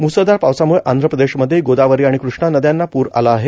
मुसळधार पावसामुळं आंध्र प्रदेशमध्येही गोदावरी आणि कृष्णा नद्यांना पूर आला आहे